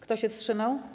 Kto się wstrzymał?